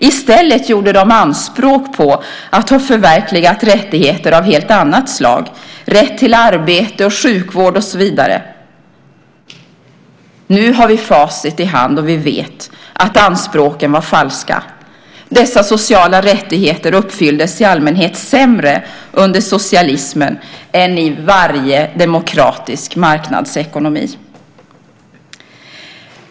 I stället gjorde de anspråk på att ha förverkligat rättigheter av helt annat slag, rätt till arbete, sjukvård och så vidare. Nu har vi facit i hand. Vi vet att anspråken var falska. Dessa sociala rättigheter uppfylldes i allmänhet sämre under socialismen än i varje demokratisk marknadsekonomi.